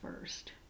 first